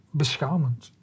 beschamend